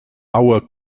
aua